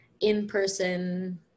in-person